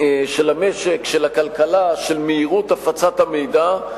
של המשק, של הכלכלה, של מהירות הפצת המידע,